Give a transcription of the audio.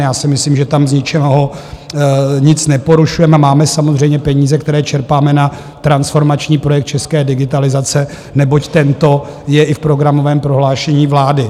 Já si myslím, že tam z ničeho nic neporušujeme a máme samozřejmě peníze, které čerpáme na transformační projekt české digitalizace, neboť tento je i v programovém prohlášení vlády.